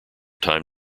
time